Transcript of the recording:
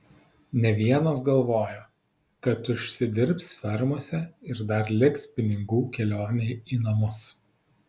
ne vienas galvojo kad užsidirbs fermose ir dar liks pinigų kelionei į namus